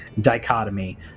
dichotomy